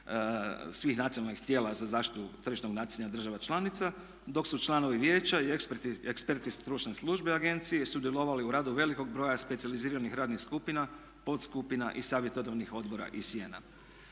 svih nacionalnih tijela za zaštitu tržišnog natjecanja država članica dok su članovi vijeća i eksperti stručne službe agencije sudjelovali u radu velikog broja specijaliziranih radnih skupina, podskupina i savjetodavnih odbora ICN-a.